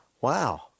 Wow